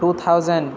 two thousand